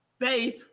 Faith